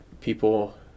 people